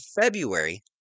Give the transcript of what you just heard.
February